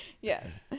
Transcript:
Yes